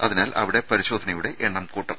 അതിനാൽ അവിടെ പരിശോധനയുടെ എണ്ണം കൂട്ടും